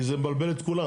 כי זה יבלבל את כולם.